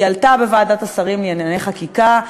היא עלתה בוועדת השרים לענייני חקיקה,